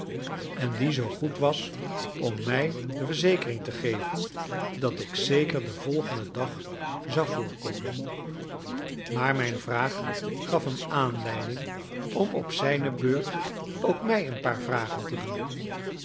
en die zoo goed was om mij de verzekering te geven dat ik zeker den volgenden dag zou voorkomen maar mijn vraag gaf hem aanleiding om op zijne beurt ook mij een paar vragen te doen